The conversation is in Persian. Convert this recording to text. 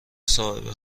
صاحب